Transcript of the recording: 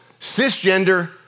cisgender